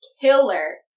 killer